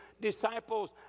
disciples